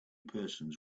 persons